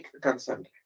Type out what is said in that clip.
concern